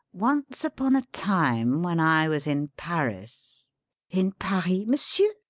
once upon a time when i was in paris in paris, monsieur?